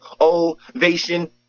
ovation